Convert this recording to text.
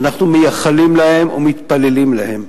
שאנחנו מייחלים להם ומתפללים להם,